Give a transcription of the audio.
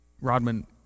Rodman